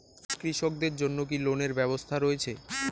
কৃষকদের জন্য কি কি লোনের ব্যবস্থা রয়েছে?